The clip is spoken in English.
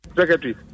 secretary